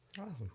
Awesome